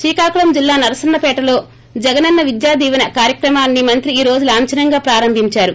శ్రీకాకుళం జిల్లా నరసన్నపేటలో జగనన్న్ విద్యా దీవెన కార్యక్రమాన్ని మంత్రి ఈ రోజు లాంఛనంగా ప్రారంభించారు